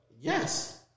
Yes